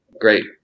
great